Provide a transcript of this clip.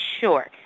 sure